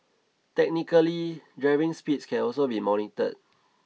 technically driving speeds can also be monitored